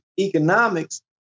economics